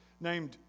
named